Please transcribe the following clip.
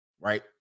right